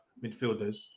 midfielders